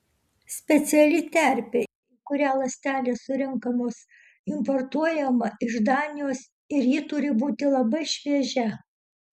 speciali terpė į kurią ląstelės surenkamos importuojama iš danijos ir ji turi būti labai šviežia